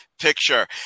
picture